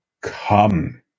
come